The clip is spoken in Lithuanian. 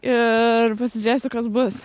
ir pasižiūrėsiu kas bus